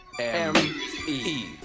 M-E